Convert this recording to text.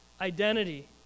identity